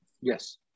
Yes